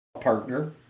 partner